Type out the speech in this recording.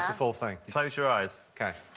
full thing. close your eyes. ok.